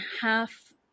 half